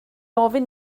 ofyn